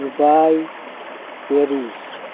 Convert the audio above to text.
Dubai Paris